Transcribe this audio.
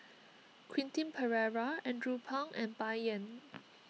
Quentin Pereira Andrew Phang and Bai Yan